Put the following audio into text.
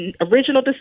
Original